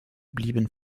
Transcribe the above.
blieben